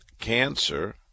cancer